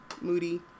Moody